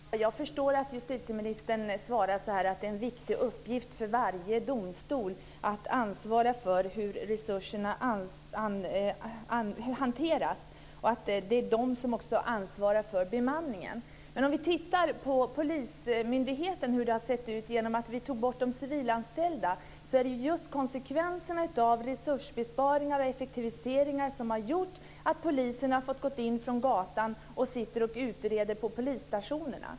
Fru talman! Jag förstår att justitieministern svarar att det är en viktig uppgift för varje domstol att ansvara för hur resurserna hanteras och att det är den som också ansvarar för bemanningen. Men om vi tittar på hur det såg ut på polismyndigheten när vi tog bort de civilanställda kan vi se att just konsekvenserna av resursbesparingar och effektiviseringar har gjort att poliserna har fått gå in från gatan och nu sitter och utreder på polisstationerna.